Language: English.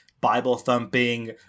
Bible-thumping